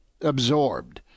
absorbed